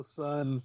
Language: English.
son